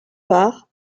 part